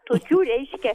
tokių reiškia